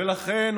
אל תהיה מוטרד.